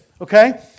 Okay